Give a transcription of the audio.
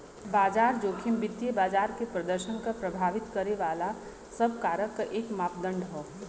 बाजार जोखिम वित्तीय बाजार के प्रदर्शन क प्रभावित करे वाले सब कारक क एक मापदण्ड हौ